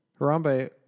Harambe